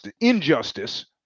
injustice